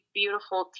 beautiful